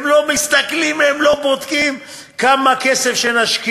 הם לא מסתכלים, הם לא בודקים, כמה כסף שנשקיע.